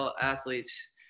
athletes